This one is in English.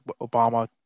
obama